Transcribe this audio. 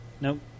Nope